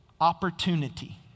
opportunity